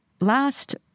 last